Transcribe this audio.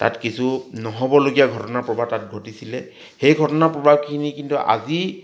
তাত কিছু নহ'ব লগীয়া ঘটনা প্ৰবাহ তাত ঘটিছিলে সেই ঘটনা প্ৰবাহখিনি কিন্তু আজি